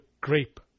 grape